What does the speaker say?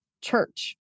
church